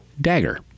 dagger